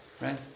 right